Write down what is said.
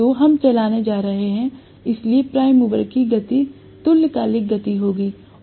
तो हम चलाने जा रहे हैं इसलिए प्राइम मूवर की गति तुल्यकालिक गति होगी